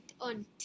on